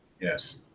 Yes